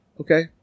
Okay